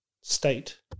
state